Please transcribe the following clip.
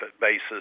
basis